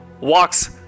walks